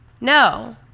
No